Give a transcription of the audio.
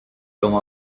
oma